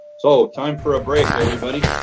so time for a break, everybody.